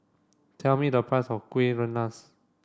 tell me the price of Kueh Rengas